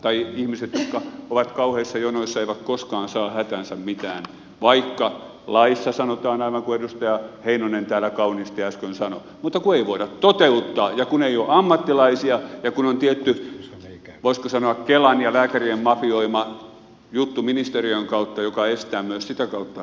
tai ihmiset jotka ovat kauheissa jonoissa eivät koskaan saa hätäänsä mitään vaikka laissa sanotaan aivan kuin edustaja heinonen täällä kauniisti äsken sanoi mutta kun ei voida toteuttaa ja kun ei ole ammattilaisia ja kun on tietty voisiko sanoa kelan ja lääkärien mafioima juttu ministeriön kautta joka estää myös sitä kautta kunnon avun